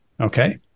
Okay